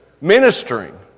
ministering